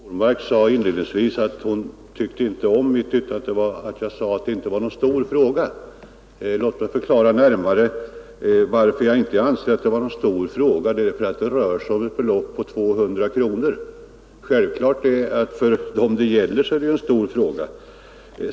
Herr talman! Fru Normark sade inledningsvis att hon inte tyckte om att jag sagt att det här inte är någon stor fråga. Låt mig förklara närmare varför jag inte anser att det är någon stor fråga, det beror på att det rör sig om ett belopp på 200 kronor. För dem det gäller är det självfallet en stor fråga.